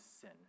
sin